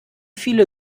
viele